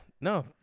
no